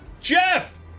Jeff